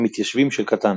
המתיישבים של קטאן.